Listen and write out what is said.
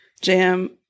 jam